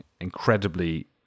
incredibly